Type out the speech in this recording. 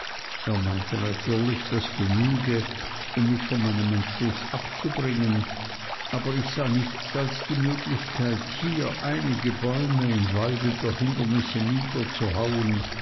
natürlich daß das genüge um mich von meinem entschluß abzubringen aber ich sah nichts als die möglichkeit hier einige bäume im walde der hindernisse niederzuhauen